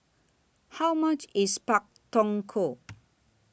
How much IS Pak Thong Ko